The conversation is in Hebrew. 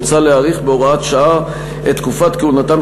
מוצע להאריך בהוראת שעה את תקופת כהונתם